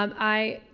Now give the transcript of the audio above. um i,